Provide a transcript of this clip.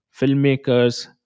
filmmakers